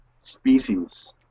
species